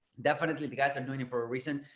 definitely the guys are doing it for a reason.